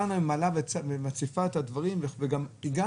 בכנסת.